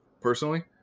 personally